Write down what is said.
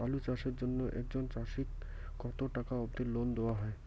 আলু চাষের জন্য একজন চাষীক কতো টাকা অব্দি লোন দেওয়া হয়?